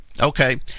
Okay